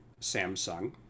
Samsung